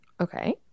Okay